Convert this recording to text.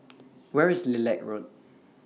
Where IS Lilac Road